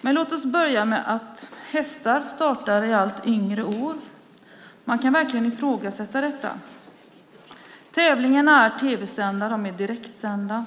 Låt oss börja med att hästar startar i tävlingar i allt yngre år. Man kan verkligen ifrågasätta detta. Tävlingarna är tv-sända. De är direktsända.